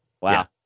Wow